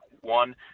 one